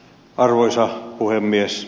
arvoisa puhemies